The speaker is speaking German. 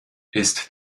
ist